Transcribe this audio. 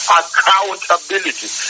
accountability